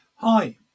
Hi